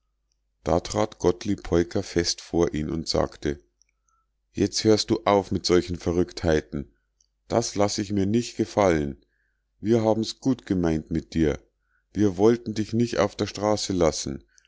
da trat gottlieb peuker fest vor ihn und sagte jetzt hörst du auf mit solchen verrücktheiten das laß ich mir nich gefallen wir haben's gut gemeint mit dir wir wollten dich nich auf der straße lassen